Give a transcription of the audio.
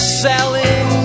selling